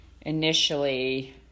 initially